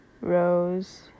Rose